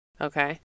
Okay